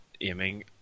aiming